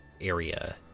area